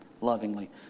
lovingly